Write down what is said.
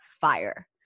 fire